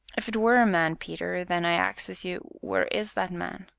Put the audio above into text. if twere a man, peter, then i axes you where is that man?